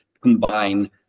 combine